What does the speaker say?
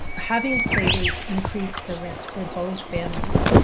having play dates increase the risk for both families.